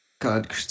God